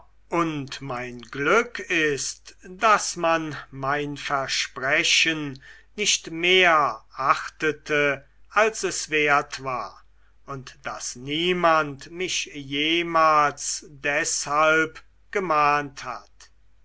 und mein glück ist daß man mein versprechen nicht mehr achtete als es wert war und daß niemand mich jemals deshalb gemahnt hat